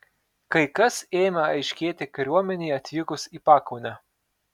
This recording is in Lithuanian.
kai kas ėmė aiškėti kariuomenei atvykus į pakaunę